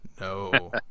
no